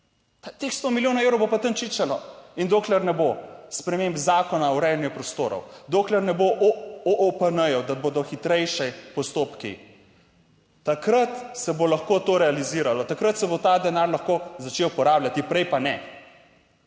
Teh sto milijonov evrov bo pa tam čičalo in dokler ne bo sprememb Zakona o urejanju prostorov, dokler ne bo OOPN, da bodo hitrejši postopki, takrat se bo lahko to realiziralo, takrat se bo ta denar lahko začel porabljati, prej pa ne.